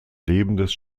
lebendes